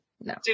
no